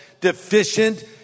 deficient